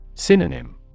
Synonym